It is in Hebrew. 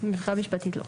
מבחינה משפטית לא.